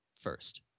first